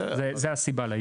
זו הסיבה לעיכוב.